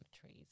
trees